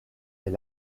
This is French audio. est